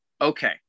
Okay